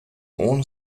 ohne